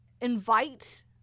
invite